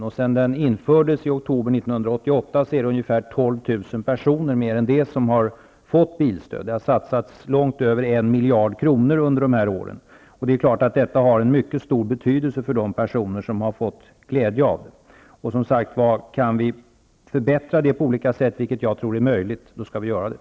Och sedan den infördes i oktober 1988 har mer än 12 000 personer fått bilstöd. Det har satsats långt över 1 miljard kronor under dessa år på detta. Och det är klart att bilstödet har en mycket stor betydelse för de personer som har fått glädje av det. Om vi kan förbättra detta på olika sätt, vilket jag tror är möjligt, skall vi göra det.